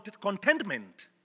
contentment